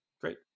Great